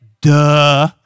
Duh